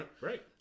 Right